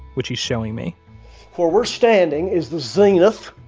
which he's showing me where we're standing is the zenith.